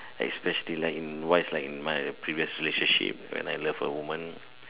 especially like wise in my previous relationship where I left a woman